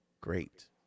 great